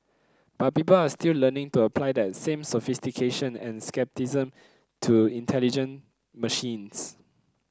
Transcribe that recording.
but people are still learning to apply that same sophistication and scepticism to intelligent machines